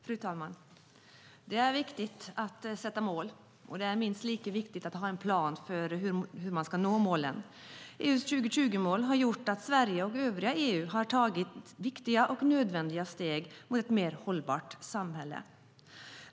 Fru talman! Det är viktigt att sätta upp mål, och det är minst lika viktigt att ha en plan för hur man ska nå målen. EU:s 2020-mål har gjort att Sverige och övriga EU har tagit viktiga och nödvändiga steg mot ett mer hållbart samhälle.